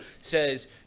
says